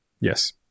Yes